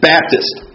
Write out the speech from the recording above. Baptist